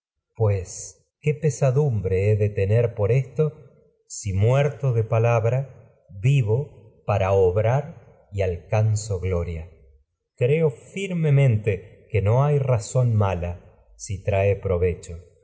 ceniza qué pesadumbre para lie de tener por esto si muerto de palabra vivo obrar y alcanzo gloria creo firmemente que no hay razón mala si trae provecho